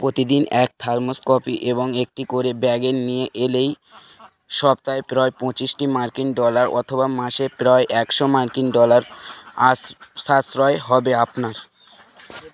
প্রতিদিন এক থার্মোস্কপি এবং একটি করে ব্যাগের নিয়ে এলেই সপ্তাহে প্রয় পঁচিশটি মার্কিন ডলার অথবা মাসে প্রায় একশো মার্কিন ডলার আশ সাশ্রয় হবে আপনার